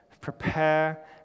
prepare